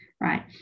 right